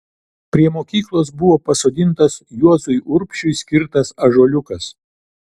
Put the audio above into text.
prie mokyklos buvo pasodintas juozui urbšiui skirtas ąžuoliukas